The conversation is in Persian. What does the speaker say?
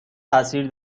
تاثیر